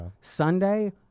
Sunday